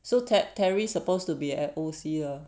so te~ terry supposed to be at O_C lah